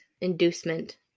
Inducement